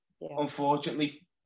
unfortunately